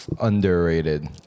Underrated